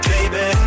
Baby